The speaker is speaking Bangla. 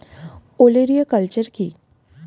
ওলেরিয়া কালচার কি?